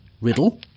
Riddle